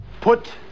Put